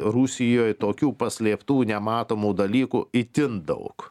rusijoj tokių paslėptų nematomų dalykų itin daug